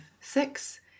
six